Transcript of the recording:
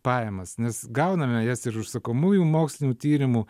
pajamas nes gauname jas ir užsakomųjų mokslinių tyrimų